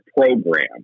program